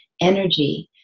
energy